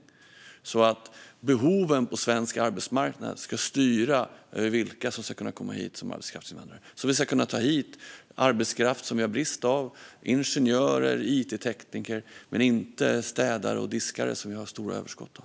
Det handlar om att behoven på svensk arbetsmarknad ska styra vilka som ska kunna komma hit som arbetskraftsinvandrare. Då ska vi kunna ta hit arbetskraft som vi har brist på - ingenjörer och it-tekniker - men inte städare och diskare, som vi har stora överskott av.